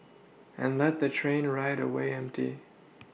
and let the train ride away empty